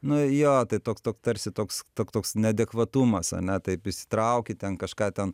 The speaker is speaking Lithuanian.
nu jo tai toks toks tarsi tok toks neadekvatumas ane taip išsitrauki ten kažką ten